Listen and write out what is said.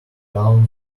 down